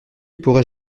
pourrais